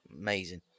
Amazing